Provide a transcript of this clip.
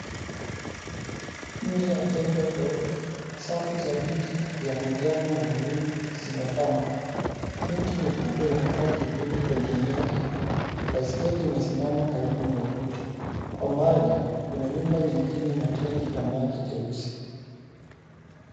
𝑁je ya jengo ndogo, safu za viti vya manjano na blue zimepangwa. Miti mikubwa inatoa kivuli kwenye eneo hilo. Baiskeli imesimama karibu na ukuta. Kwa mbali, kuna nyumba nyingine na tenki la maji jeusi.